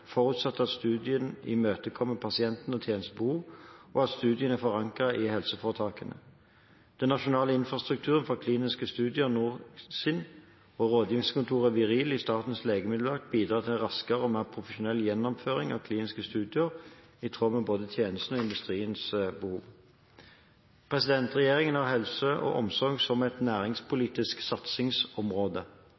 forutsatt at studien imøtekommer pasientens og tjenestens behov, og at studien er forankret i helseforetakene. Den nasjonale infrastrukturen for kliniske studier – NorCRIN – og rådgivningskontoret VIRIL i Statens legemiddelverk bidrar til en raskere og mer profesjonell gjennomføring av kliniske studier, i tråd med både tjenestens og industriens behov. Regjeringen har helse og omsorg som et